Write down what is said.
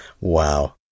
Wow